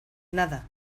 nada